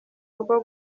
urwo